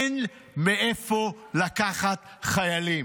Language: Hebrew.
אין מאיפה לקחת חיילים,